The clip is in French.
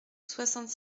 soixante